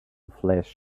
flesh